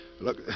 Look